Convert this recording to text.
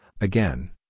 again